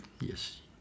Yes